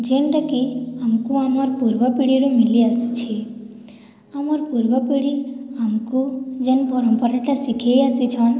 ଯେନ୍ଟାକି ଆମକୁ ଆମର ପୂର୍ବ ପିଢ଼ିରୁ ମିଳିଆସିଛି ଆମର ପୂର୍ବ ପିଢ଼ି ଆମକୁ ଯେନ୍ ପରମ୍ପରାଟା ଶିଖାଇ ଆସିଛନ